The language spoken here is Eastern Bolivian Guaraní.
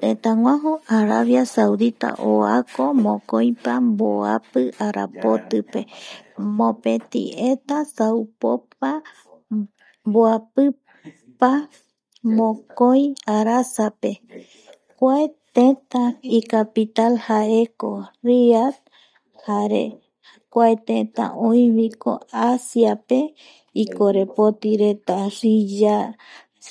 Tëtäguaju arabia saudita oako mokoipa mboapi arapotipe, mopetieta saupopa mboapi, pa mokoi arasape kua teta icapital jaeko Riad jare kua tëtä oiviko asiape